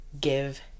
give